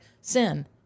sin